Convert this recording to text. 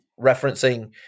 referencing